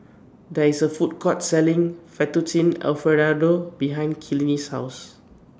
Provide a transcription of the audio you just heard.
There IS A Food Court Selling Fettuccine Alfredo behind Kinley's House